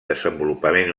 desenvolupament